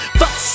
fuck